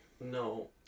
No